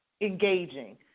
engaging